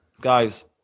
guys